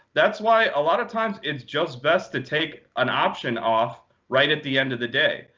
that's why a lot of times it's just best to take an option off right at the end of the day.